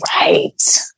Right